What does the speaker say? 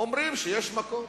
אומרים שיש מקום.